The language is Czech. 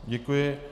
Děkuji.